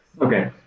Okay